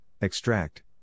extract